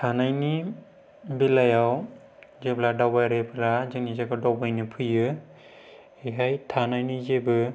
थानायनि बेलायाव जेब्ला दावबायरिफ्रा जोंनि जायगायाव दावबायनो फैयो बेवहाय थानायनि जेबो